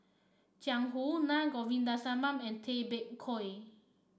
Jiang Hu Na Govindasamy and Tay Bak Koi